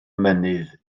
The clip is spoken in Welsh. mynydd